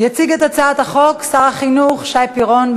יציג את הצעת החוק שר החינוך שי פירון.